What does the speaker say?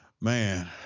man